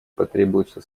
потребуются